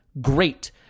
great